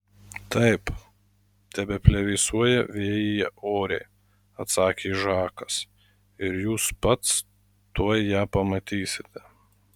taip tebeplevėsuoja vėjyje oriai atsakė žakas ir jūs pats tuoj ją pamatysite